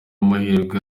mahirwe